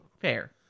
fair